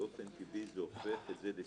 באופן טבעי זה הופך את זה למסורבל.